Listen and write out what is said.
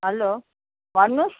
hello भन्नुहोस्